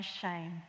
shame